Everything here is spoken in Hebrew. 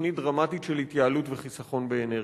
תוכנית דרמטית של התייעלות וחיסכון באנרגיה,